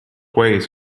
ways